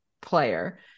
Player